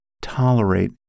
tolerate